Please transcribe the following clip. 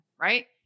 right